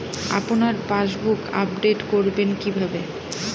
আপনার passbook update করবেন কিভাবে?